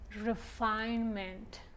refinement